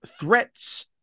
threats